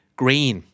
green